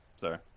sorry